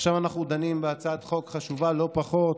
ועכשיו אנחנו דנים בהצעת חוק חשובה לא פחות,